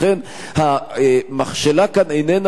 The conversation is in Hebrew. לכן המכשלה כאן איננה,